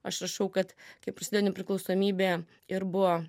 aš rašau kad kai prasidėjo nepriklausomybė ir buvo